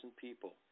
people